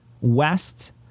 west